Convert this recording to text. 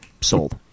Sold